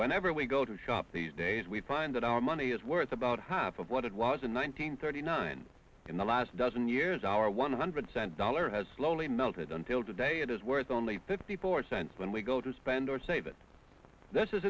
whenever we go to shop these days we find that our money is worth about half of what it was in one hundred thirty nine in the last dozen years our one hundred cent dollar has slowly melted until today it is worth only fifty four cents when we go to spend or save it this is